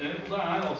applies